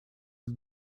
для